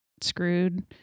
screwed